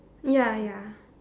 ya ya